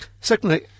Secondly